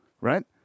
Right